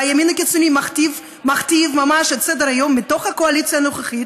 והימין הקיצוני מכתיב ממש את סדר-היום מתוך הקואליציה הנוכחית,